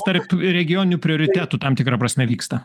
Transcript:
tarp regioninių prioritetų tam tikra prasme vyksta